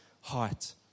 heart